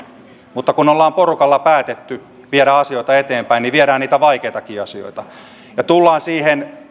mutta kun ollaan porukalla päätetty viedä asioita eteenpäin niin viedään niitä vaikeitakin asioita ja näin tullaan siihen